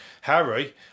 Harry